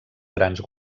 grans